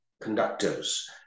conductors